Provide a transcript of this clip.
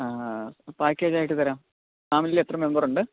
പാക്കേജായിട്ടു തരാം ഫാമിലിയിൽ എത്ര മെമ്പറുണ്ട്